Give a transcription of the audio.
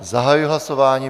Zahajuji hlasování.